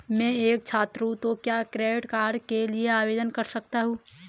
मैं एक छात्र हूँ तो क्या क्रेडिट कार्ड के लिए आवेदन कर सकता हूँ?